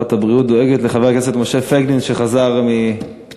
שרת הבריאות דואגת לחבר הכנסת משה פייגלין שחזר מפציעה.